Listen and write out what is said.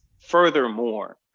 furthermore